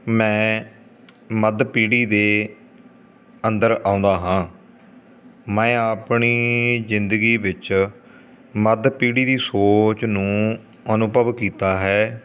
ਮੈਂ ਮੱਧ ਪੀੜ੍ਹੀ ਦੇ ਅੰਦਰ ਆਉਂਦਾ ਹਾਂ ਮੈਂ ਆਪਣੀ ਜ਼ਿੰਦਗੀ ਵਿੱਚ ਮੱਧ ਪੀੜ੍ਹੀ ਦੀ ਸੋਚ ਨੂੰ ਅਨੁਭਵ ਕੀਤਾ ਹੈ